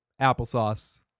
Applesauce